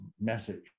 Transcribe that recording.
message